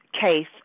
case